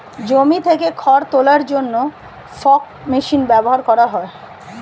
জমি থেকে খড় তোলার জন্য ফর্ক মেশিন ব্যবহার করা হয়